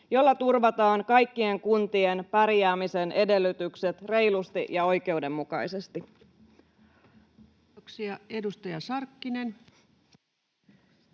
jolla turvataan kaikkien kuntien pärjäämisen edellytykset reilusti ja oikeudenmukaisesti. Kiitoksia. — Edustaja Sarkkinen.